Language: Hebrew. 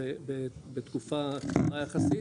בתקופה קצרה יחסית.